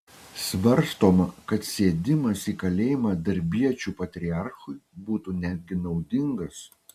svarstoma kad sėdimas į kalėjimą darbiečių patriarchui būtų netgi naudingas